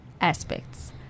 aspects